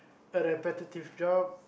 a repetitive job